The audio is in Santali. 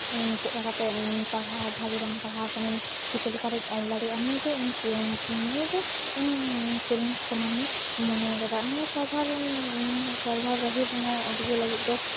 ᱪᱮᱫᱠᱟ ᱠᱟᱛᱮᱜ ᱯᱟᱲᱦᱟᱣ ᱵᱷᱟᱹᱜᱮ ᱵᱟᱝ ᱯᱟᱲᱦᱟᱣ ᱠᱟᱹᱱᱟᱹᱧ ᱪᱤᱠᱟᱹ ᱞᱮᱠᱟᱨᱤᱧ ᱚᱞ ᱫᱟᱲᱮᱭᱟᱜᱼᱟ ᱱᱤᱭᱟᱹᱜᱮ ᱱᱤᱭᱟᱹᱜᱮ ᱤᱧ ᱪᱮᱞᱮᱧᱡᱽ ᱥᱚᱢᱟᱱᱤᱧ ᱢᱚᱱᱮ ᱟᱠᱟᱫᱟ ᱱᱤᱭᱟᱹ ᱥᱟᱨᱵᱷᱟᱨ ᱥᱟᱨᱵᱷᱟᱨ ᱨᱮᱱᱟᱜ ᱩᱫᱽᱜᱟᱹᱣ ᱞᱟᱹᱜᱤᱫ ᱫᱚ